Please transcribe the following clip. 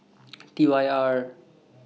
T Y R